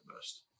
best